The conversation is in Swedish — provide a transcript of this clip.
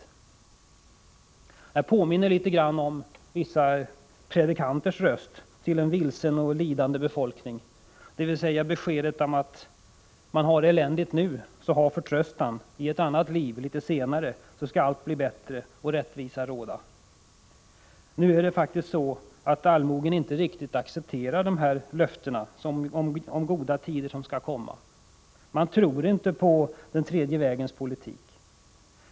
Det här påminner litet grand om vissa predikanters besked till en vilsen och lidande befolkning: Även om ni har det eländigt nu, så hav förtröstan! I ett annat, litet senare liv skall allting bli bättre och rättvisa råda. Nu är det faktiskt så att allmogen inte riktigt accepterar dessa löften om goda tider som skall komma. Man tror inte på den tredje vägens politik.